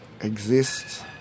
exist